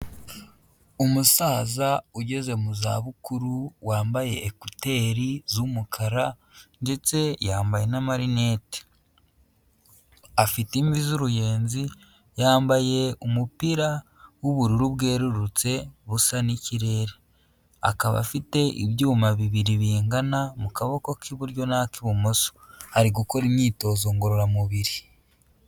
Umusaza ugeze mu za bukuru wambaye ekuteri z'umukara, ndetse yambaye na marinete, afite imvi z'uruyenzi, yambaye umupira w'ubururu bwerurutse busa n'ikirere, akaba afite ibyuma bibiri bingana mu kaboko k'iburyo na k'ibumoso, ari gukora imyitozo ngororamubiri.